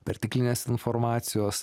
perteklinės informacijos